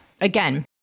again